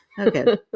Okay